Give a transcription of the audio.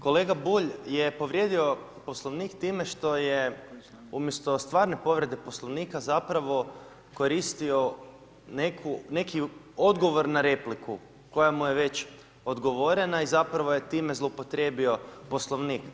Kolega Bulj je povrijedio Poslovnik time što je umjesto stvarne povrede poslovnika zapravo koristio neki odgovor na repliku, koja nam je već odgovorena i zapravo je time zloupotrijebio Poslovnik.